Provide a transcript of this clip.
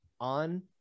on